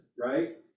right